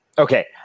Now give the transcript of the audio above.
Okay